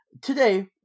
Today